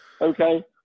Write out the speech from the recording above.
Okay